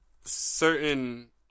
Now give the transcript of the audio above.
certain